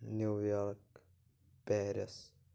New York Paris